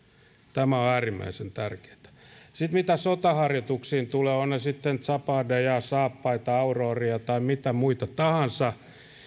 tämä on äärimmäisen tärkeää sitten mitä sotaharjoituksiin tulee ovat ne sitten zapadeja saappaita auroria tai mitä muita tahansa